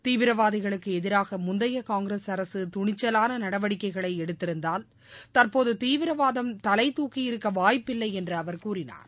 தீவிரவாதிகளுக்கு எதிராக முந்தைய காங்கிரஸ் அரசு துணிச்சவான நடவடிக்கைகளை எடுத்திருந்தால் தற்போது தீவிரவாதம் தலை தூக்கியிருக்க வாய்ப்பு இல்லை என்று அவர் கூறினார்